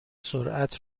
سرعت